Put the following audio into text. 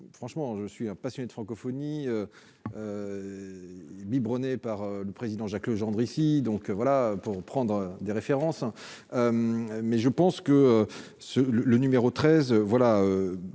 franchement, je suis un passionné de francophonie biberonné par le président Jacques Legendre ici donc voilà pour prendre des références, mais je pense que ce le le numéro 13 voilà